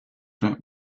that